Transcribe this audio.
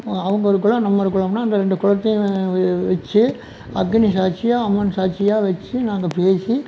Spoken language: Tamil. அவங்க ஒரு குலம் நம்ம ஒரு குலம்னா அந்த ரெண்டு குலத்தையும் வச்சு அக்கினி சாட்சியாக அம்மன் சாட்சியாக வச்சு நாங்கள் பேசி